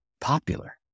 popular